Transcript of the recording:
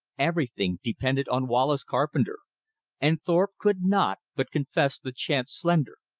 everything depended on wallace carpenter and thorpe could not but confess the chance slender.